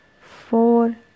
four